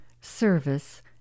service